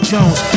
Jones